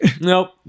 Nope